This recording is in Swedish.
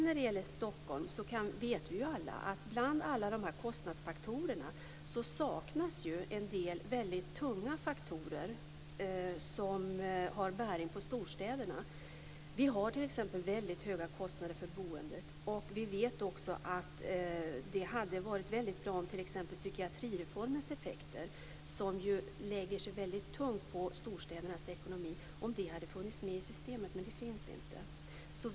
När det gäller Stockholm vet vi ju alla att bland alla kostnadsfaktorer saknas det en del väldigt tunga faktorer som har bäring på storstäderna. Vi har t.ex. väldigt höga kostnader för boendet. Vi vet också att det hade varit väldigt bra om t.ex. psykiatrireformens effekter, som ju lägger sig väldigt tungt på storstädernas ekonomi, hade funnits med i systemet, men det gör det inte.